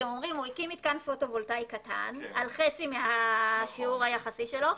אתם אומרים: הוא הקים מתקן פוטו וולטאי קטן על חצי מהשיעור היחסי שלו,